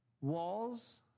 walls